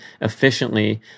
efficiently